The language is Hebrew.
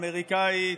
האמריקאית,